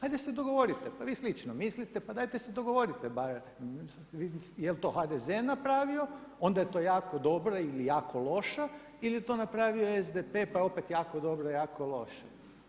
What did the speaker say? Ajde se dogovorite, pa vi slično mislite pa dajte se dogovorite barem, je li to HDZ napravio, onda je to jako dobro ili jako loše ili je to napravio SDP pa je opet jako dobro, jako loše.